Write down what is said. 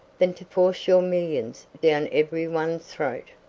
than to force your millions down every one's throat.